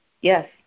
Yes